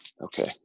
Okay